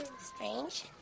Strange